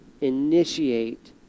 initiate